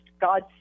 God